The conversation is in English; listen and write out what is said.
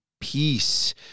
peace